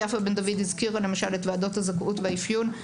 יפה בן דוד הזכירה למשל את ועדות הזכאות והאפיון.